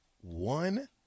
one